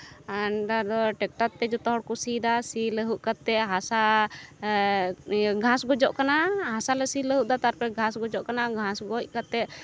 ᱱᱮᱛᱟᱨᱫᱚ ᱴᱨᱟᱠᱴᱚᱨ ᱛᱮ ᱡᱚᱛᱚ ᱦᱚᱲᱠᱚ ᱥᱤᱭᱫᱟ ᱥᱤ ᱞᱟᱹᱦᱩᱫ ᱠᱟᱛᱮᱫ ᱦᱟᱥᱟ ᱜᱷᱟᱥ ᱜᱚᱡᱚᱜ ᱠᱟᱱᱟ ᱦᱟᱥᱟᱞᱮ ᱥᱤ ᱞᱟᱹᱦᱩᱫ ᱫᱟ ᱛᱟᱨᱯᱚᱨᱮ ᱜᱷᱟᱥ ᱜᱚᱡᱚᱜ ᱠᱟᱱᱟ ᱜᱷᱟᱥ ᱜᱚᱡ ᱠᱟᱛᱮᱫ